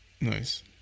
nice